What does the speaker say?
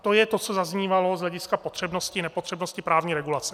To je to, co zaznívalo z hlediska potřebnosti nepotřebnosti právní regulace.